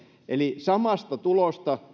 eli samasta tulosta